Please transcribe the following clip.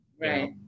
Right